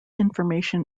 information